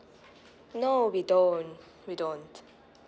no we don't we don't